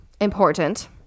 important